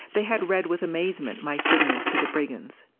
they had read with amazement my signals to the brigands.